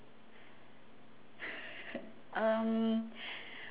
um